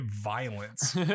violence